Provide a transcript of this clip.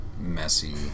messy